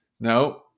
No